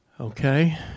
Okay